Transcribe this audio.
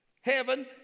Heaven